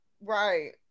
right